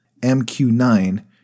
MQ-9